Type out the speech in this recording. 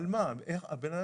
רוצים